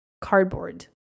cardboard